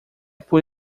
por